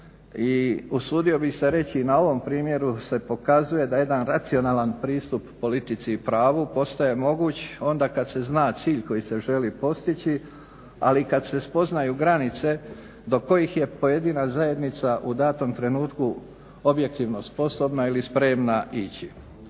i usudio bih se reći na ovom primjeru se pokazuje da jedan racionalan pristup politici i pravu postaje moguć onda kad se zna cilj koji se želi postići. Ali kad se spoznaju granice do kojih je pojedina zajednica u datom trenutku objektivno sposobna ili spremna ići.